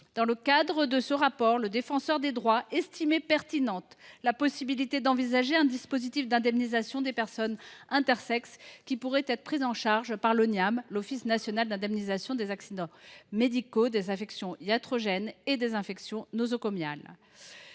Dans le cadre de ce rapport, le Défenseur des droits estimait pertinente l’idée d’envisager un dispositif d’indemnisation de ces personnes, qui pourrait être pris en charge par l’Office national d’indemnisation des accidents médicaux, des affections iatrogènes et des infections nosocomiales